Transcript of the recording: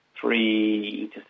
three